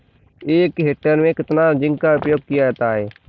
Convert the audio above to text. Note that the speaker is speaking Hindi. एक हेक्टेयर में कितना जिंक का उपयोग किया जाता है?